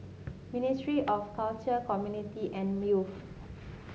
Ministry of Culture Community and Youth